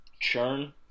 churn